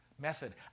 Method